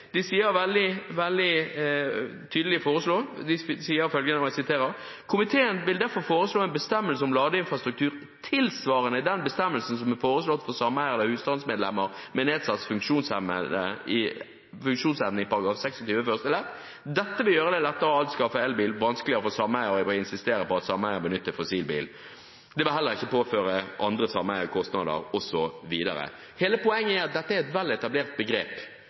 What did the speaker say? De sier veldig tydelig følgende: «Komiteen vil derfor foreslå en bestemmelse om ladeinfrastruktur tilsvarende den bestemmelsen som er foreslått for sameiere eller hustandsmedlemmer med nedsatt funksjonsevne i § 26 første ledd. Dette vil gjøre det lettere å anskaffe elbil, og vanskeligere for sameier å insistere på at sameierne må benytte fossilbil. Det vil heller ikke påføre andre sameiere kostnader Hele poenget er at dette er et vel etablert begrep.